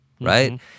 right